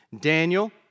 Daniel